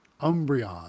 Umbreon